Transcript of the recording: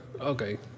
Okay